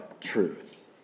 truth